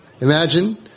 Imagine